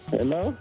Hello